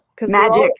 Magic